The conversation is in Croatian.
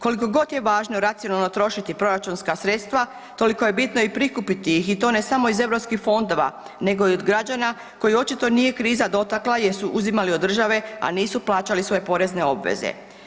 Koliko god je važno racionalno trošiti proračunska sredstva toliko je bitno i prikupiti ih i to ne samo iz europskih fondova, nego i od građana koji očito nije kriza dotakla jer su uzimali od države a nisu plaćali svoje porezne obveze.